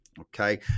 Okay